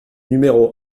numéro